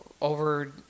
over